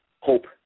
hope